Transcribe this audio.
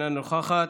אינה נוכחת,